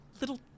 Little